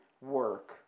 work